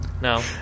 No